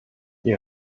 die